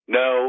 no